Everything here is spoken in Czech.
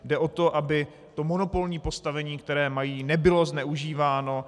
Jde o to, aby to monopolní postavení, které mají, nebylo zneužíváno.